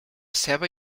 ceba